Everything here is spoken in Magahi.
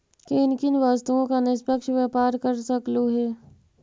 किन किन वस्तुओं का निष्पक्ष व्यापार कर सकलू हे